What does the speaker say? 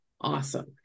awesome